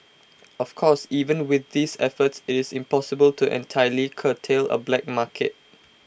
of course even with these efforts IT is impossible to entirely curtail A black market